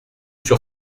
sur